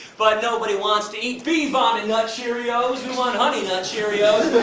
but nobody wants to eat bee-vomit nut cheerios, we want honey nut cheerios